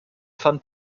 fand